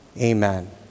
Amen